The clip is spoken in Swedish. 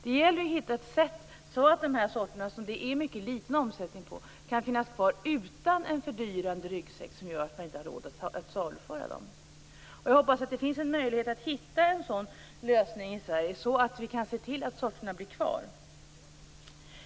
Det gäller att hitta ett sätt så att de sorter som det är en mycket liten omsättning på kan finnas kvar utan en fördyrande "ryggsäck" som gör att man inte har råd att saluföra dem. Jag hoppas att det finns en möjlighet att hitta en sådan lösning i Sverige, att vi kan se till att sorterna blir kvar.